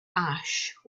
ash